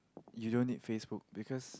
you don't need Facebook because